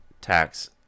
tax